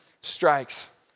strikes